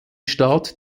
staat